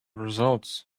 results